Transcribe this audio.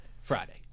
Friday